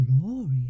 glorious